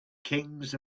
kings